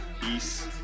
Peace